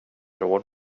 råd